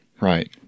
Right